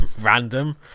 random